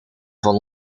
van